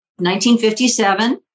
1957